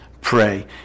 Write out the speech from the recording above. pray